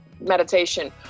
meditation